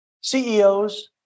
CEOs